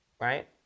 right